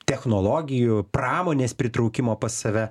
technologijų pramonės pritraukimo pas save